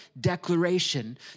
declaration